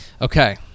Okay